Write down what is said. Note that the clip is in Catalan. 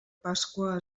pasqua